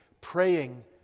praying